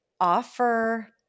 offer